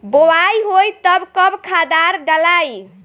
बोआई होई तब कब खादार डालाई?